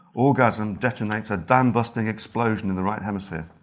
orgasm detonates a damnbusting explosion in the right hemisphere.